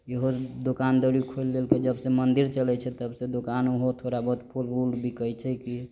ईहो दोकान दौरी खोल देलकै जबसे मन्दिर चलै छै तबसे दोकान ओहो थोड़ा बहुत फूल उल बिकै छै की